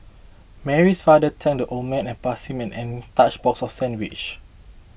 Mary's father thanked the old man and passed him an untouched box of sandwiches